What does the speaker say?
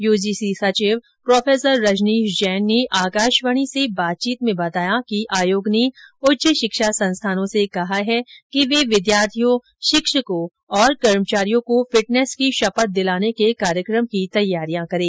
UGC सचिव professor Rajneesh Jain ने आकाशवाणी से बातचीत में बताया कि आयोग ने उच्च शिक्षा संस्थानों से कहा है कि वे विद्यार्थियों शिक्षकों और कर्मचारियों को फिटनेस की शपथ दिलाने के कार्यक्रम की तैयारियां करें